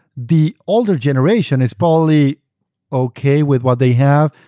the older generation is probably okay with what they have,